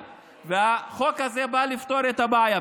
והחוק הזה בא לפתור את הבעיה.